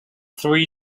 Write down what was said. three